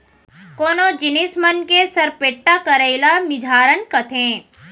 कोनो जिनिस मन के सरपेट्टा करई ल मिझारन कथें